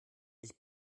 ich